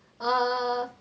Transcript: ugh